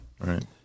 right